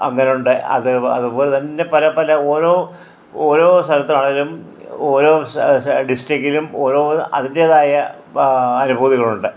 അങ്ങനുണ്ട് അത്പോലെ തന്നെ പല പല ഓരോ ഓരോ സ്ഥലത്താണെലും ഓരോ ഡിസ്ട്രിക്ടിലും ഓരോ അതിൻ്റെതായ അനുഭൂതികളുണ്ട്